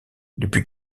depuis